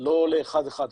לא לאחד-אחד.